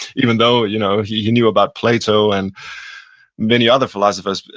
even though you know he knew about plato and many other philosophers,